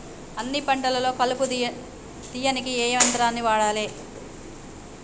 అన్ని పంటలలో కలుపు తీయనీకి ఏ యంత్రాన్ని వాడాలే?